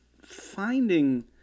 finding